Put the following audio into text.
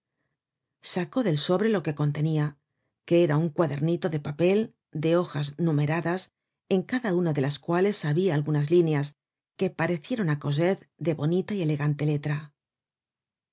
sacó del sobre lo que contenia que era un cuadernito de papel de hojas numeradas en cada una de las cuales habia algunas líneas que parecieron á cosette de bonita y elegante letra